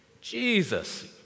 Jesus